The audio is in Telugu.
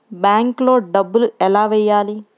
బ్యాంక్లో డబ్బులు ఎలా వెయ్యాలి?